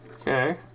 Okay